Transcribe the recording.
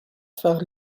faire